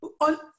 On